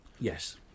yes